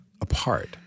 apart